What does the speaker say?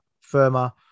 Firma